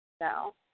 no